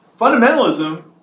Fundamentalism